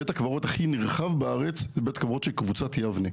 בית הקברות הכי נרחב בארץ הוא בית הקברות של קבוצת יבנה.